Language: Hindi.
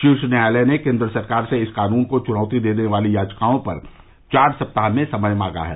शीर्ष न्यायालय ने केन्द्र सरकार से इस कानून को चुनौती देने वाली याचिकाओं पर चार सप्ताह में जवाब मांगा है